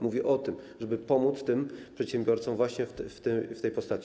Mówię o tym, żeby pomóc tym przedsiębiorcom właśnie w ten sposób.